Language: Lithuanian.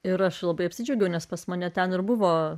ir aš labai apsidžiaugiau nes pas mane ten ir buvo